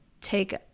take